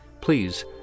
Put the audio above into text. please